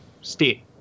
stay